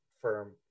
firm